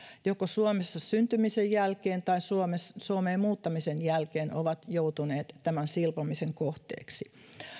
joko suomessa syntymisen jälkeen tai suomeen muuttamisen jälkeen ovat joutuneet tämän silpomisen kohteeksi